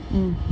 mm